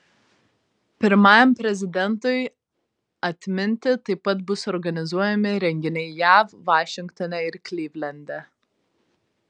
pirmajam prezidentui atminti taip pat bus organizuojami renginiai jav vašingtone ir klivlende